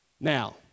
Now